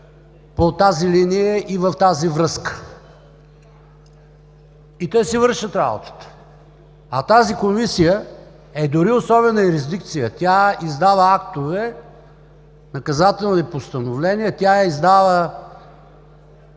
по тази линия и в тази връзка. И те си вършат работата. А тази Комисия е дори с особена юрисдикция – тя издава актове, наказателни постановления. И кои са